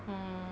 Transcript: mm